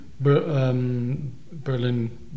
Berlin